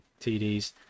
TDs